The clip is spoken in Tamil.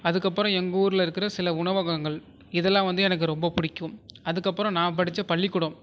அதுக்கப்புறம் எங்கூருலருக்கிற சில உணவகங்கள் இதெல்லாம் வந்து எனக்கு ரொம்ப பிடிக்கும் அதுக்கப்புறம் நான் படித்த பள்ளிக்கூடம்